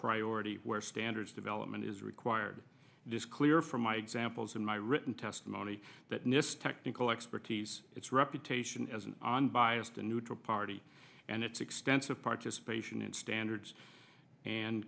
priority where standards development is required this clear from my examples in my written testimony that nist technical expertise its reputation as an on biased and neutral party and its extensive participation in standards and